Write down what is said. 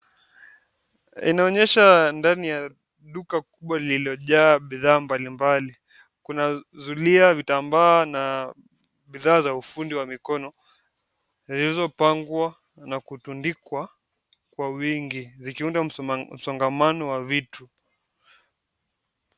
Inaonyesha ndani ya duka kubwa lililojaa bidhaa mbalimbali, kuna zulia, vitambaa na bidhaa za ufundi wa mikono zilizopangwa na kutundikwa kwa wingi zikiunda msongamano wa vitu.